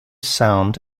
sound